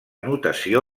notació